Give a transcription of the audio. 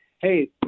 hey